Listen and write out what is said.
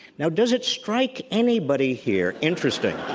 now, does it strike anybody here interesting